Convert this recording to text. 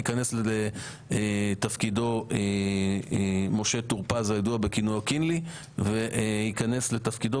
ייכנס לתפקידו משה טור פז - הידוע בכינויו קינלי - וייכנס לתפקידו